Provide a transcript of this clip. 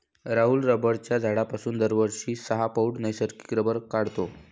राहुल रबराच्या झाडापासून दरवर्षी सहा पौंड नैसर्गिक रबर काढतो